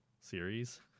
series